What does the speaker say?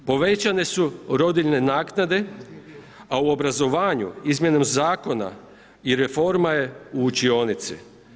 Povećane su rodiljne naknade, a u obrazovanju izmjenom zakona i reforma je u učionici.